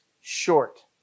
short